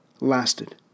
lasted